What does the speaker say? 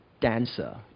dancer